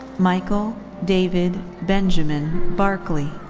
michael david benjamin barkley.